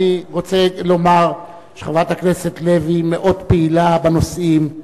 אני רוצה לומר שחברת הכנסת לוי מאוד פעילה בנושאים.